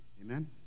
amen